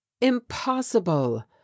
impossible